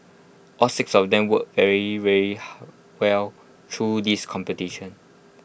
all six of them worked really really well through this competition